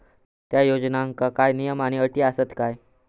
त्या योजनांका काय नियम आणि अटी आसत काय?